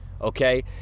okay